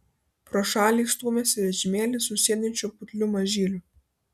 pro šalį stūmėsi vežimėlį su sėdinčiu putliu mažyliu